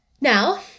Now